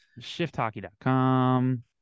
ShiftHockey.com